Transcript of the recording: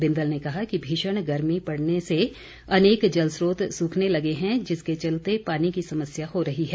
बिंदल ने कहा कि भीषण गर्मी पड़ने से अनेक जलस्रोत सूखने लगे हैं जिसके चलते पानी की समस्या हो रही है